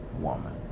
woman